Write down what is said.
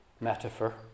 metaphor